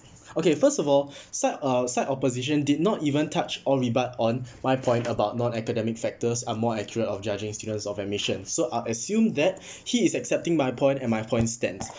okay first of all side uh side opposition did not even touch or rebut on my point about non academic factors are more accurate of judging students of admission so I assume that he is accepting my point and my point stands